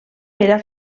era